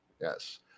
yes